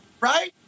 right